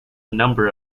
number